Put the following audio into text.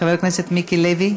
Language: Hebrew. חבר הכנסת מיקי לוי,